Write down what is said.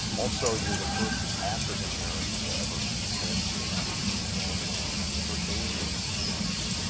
also, you're the first african american to ever win the masters or and grand-slam event. the first asian american.